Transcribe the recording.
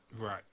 Right